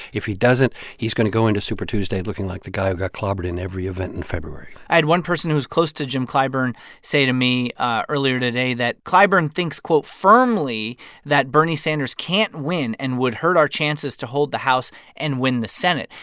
if he doesn't, he's going to go into super tuesday looking like the guy who got clobbered in every event in february i had one person who is close to jim clyburn say to me ah earlier today that clyburn thinks, quote, firmly that bernie sanders can't win and would hurt our chances to hold the house and win the senate.